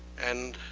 and